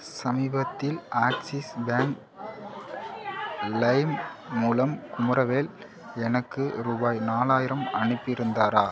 சமீபத்தில் Axis bank லைம் மூலம் குமரவேல் எனக்கு ரூபாய் நாலாயிரம் அனுப்பிருந்தாரா